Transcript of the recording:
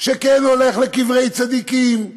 שכן הולך לקברי צדיקים,